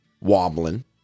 Wobbling